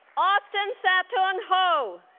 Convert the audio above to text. austin saotung ho